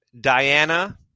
Diana